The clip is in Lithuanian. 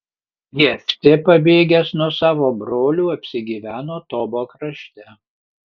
jeftė pabėgęs nuo savo brolių apsigyveno tobo krašte